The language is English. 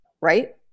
right